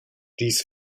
dies